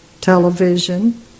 television